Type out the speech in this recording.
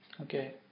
Okay